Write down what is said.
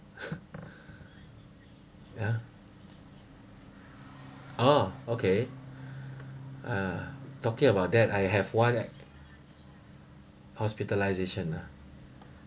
yeah oh okay uh talking about that I have one that hospitalisation